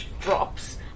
drops